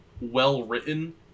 well-written